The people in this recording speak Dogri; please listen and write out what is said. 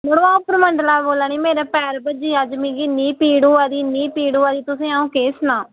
मड़ो अं'ऊ परमंडल दा बोल्ला नी ते मेरा पैर भज्जी गेआ अज्ज मिगी इन्नी पीड़ होआ दी मिगी इन्नी पीड़ होआ दी तुसेंगी केह् सनां